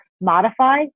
modify